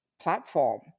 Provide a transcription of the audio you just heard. platform